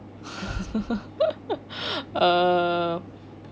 err